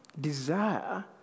desire